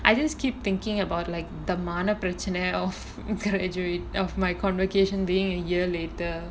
I just keep thinking about like தன்மான பிரச்சினை:thanmaana pirachinai of my convocation being a year later